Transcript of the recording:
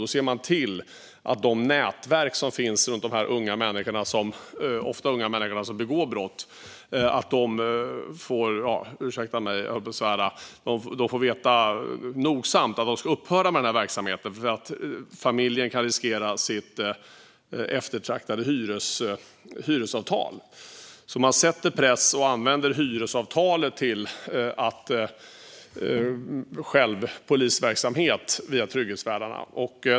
Då ser man till att de nätverk som finns runt dessa människor, ofta unga, som begår brott - ursäkta mig, jag höll på att svära - nogsamt får veta att de ska upphöra med den här verksamheten. Familjen kan nämligen riskera sitt eftertraktade hyresavtal. Man sätter alltså press och använder hyresavtalet via trygghetsvärdarna.